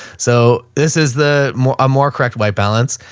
so this is the more, a more correct white balance.